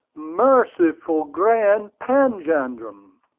merciful grand panjandrum!